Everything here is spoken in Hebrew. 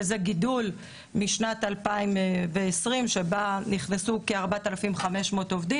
וזה גידול משנת 2020 שבה נכנסו כ-4,500 עובדים,